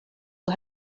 who